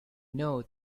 know